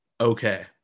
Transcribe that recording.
Okay